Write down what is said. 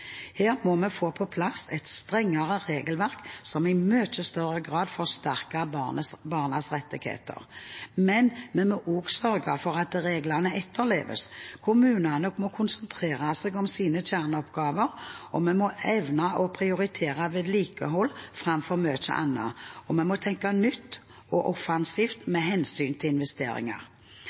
Her må vi få på plass et strengere regelverk som i mye større grad forsterker barnas rettigheter. Men vi må også sørge for at reglene etterleves. Kommunene må konsentrere seg om sine kjerneoppgaver, vi må evne å prioritere vedlikehold framfor mye annet, og vi må tenke nytt og offensivt med hensyn til investeringer.